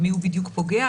במי הוא בדיוק פוגע.